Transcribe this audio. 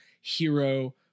hero